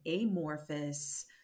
amorphous